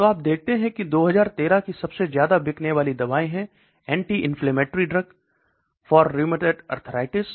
तो आप देखते हैं कि ये 2013 की सबसे ज्यादा बिकने वाली दवाएं हैं anti inflammatory drug for rheumatoid arthritis